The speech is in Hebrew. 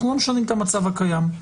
אנחנו משנים את המצב הקיים,